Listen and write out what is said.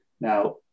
Now